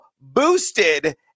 boosted